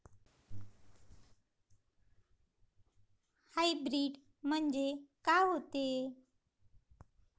Hybrid म्हनजे का होते?